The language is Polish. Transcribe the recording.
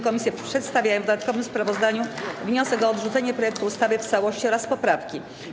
Komisje przedstawiają w dodatkowym sprawozdaniu wniosek o odrzucenie projektu ustawy w całości oraz poprawki.